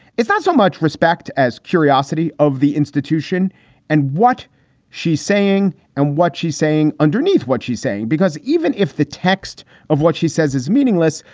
it's not so much respect as curiosity of the institution and what she's saying and what she's saying underneath what she's saying, because even if the text of what she says is meaningless,